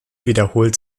wiederholt